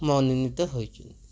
ମନୋନୀତ ହୋଇଛନ୍ତି